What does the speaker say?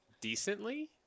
Decently